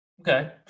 Okay